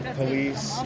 police